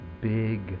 big